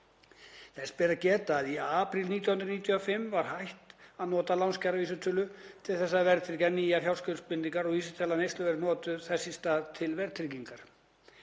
Þess ber að geta að í apríl 1995 var hætt að nota lánskjaravísitölu til þess að verðtryggja nýjar fjárskuldbindingar og vísitala neysluverðs notuð þess í stað til verðtryggingar.